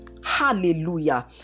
Hallelujah